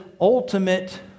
ultimate